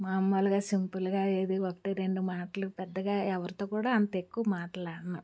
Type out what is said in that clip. మాములుగా సింపుల్గా ఏది ఒకటి రెండు మాటలు పెద్దగా ఎవరితో కూడా అంత ఎక్కువ మాట్లాడను